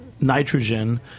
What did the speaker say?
nitrogen